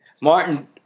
Martin